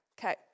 Okay